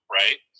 right